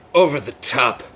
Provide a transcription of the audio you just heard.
over-the-top